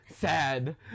Sad